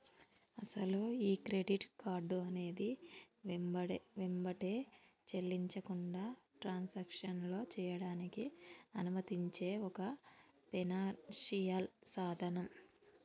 అసలు ఈ credit card అనేది వెంబటే చెల్లించకుండా ట్రాన్సాక్షన్లో చేయడానికి అనుమతించే ఒక ఫైనాన్షియల్ సాధనం